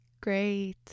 Great